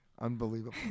unbelievable